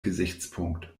gesichtspunkt